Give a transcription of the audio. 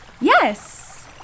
Yes